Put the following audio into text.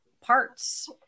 parts